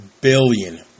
billion